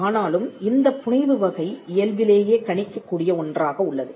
ஆனாலும் இந்தப் புனைவு வகை இயல்பிலேயே கணிக்கக் கூடிய ஒன்றாக உள்ளது